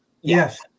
yes